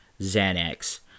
Xanax